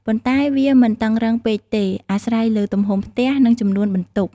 ប៉ុន្តែវាមិនតឹងរ៉ឹងពេកទេ អាស្រ័យលើទំហំផ្ទះ និងចំនួនបន្ទប់។